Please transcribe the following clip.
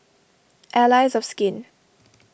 Allies of Skin